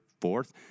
fourth